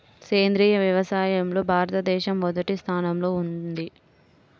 సేంద్రీయ వ్యవసాయంలో భారతదేశం మొదటి స్థానంలో ఉంది